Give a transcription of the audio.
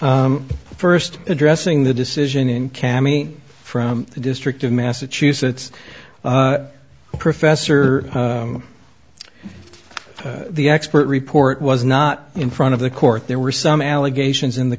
you first addressing the decision in cammy from the district of massachusetts professor the expert report was not in front of the court there were some allegations in the